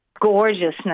gorgeousness